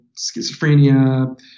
schizophrenia